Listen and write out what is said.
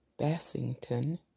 Bassington